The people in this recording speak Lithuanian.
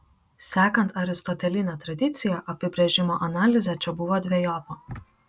sekant aristoteline tradicija apibrėžimo analizė čia buvo dvejopa